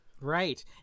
Right